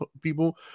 people